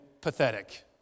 pathetic